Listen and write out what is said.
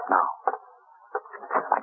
Now